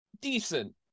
decent